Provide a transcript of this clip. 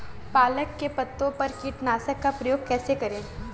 पालक के पत्तों पर कीटनाशक का प्रयोग कैसे करें?